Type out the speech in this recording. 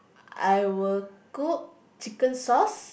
I will cook chicken sauce